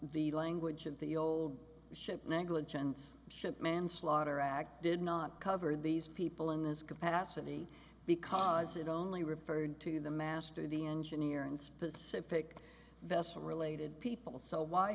the language of the old ship negligence ship manslaughter act did not cover these people in this capacity because it only referred to the master the engineer and specific vessel related people so why